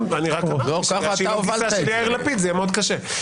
אני רק אמרתי שבגלל שהיא לא גיסה של יאיר לפיד זה יהיה מאוד קשה.